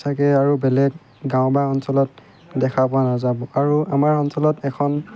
চাগে আৰু বেলেগ গাঁও বা অঞ্চলত দেখা পোৱা নাযাব আৰু আমাৰ অঞ্চলত এখন